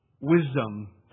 wisdom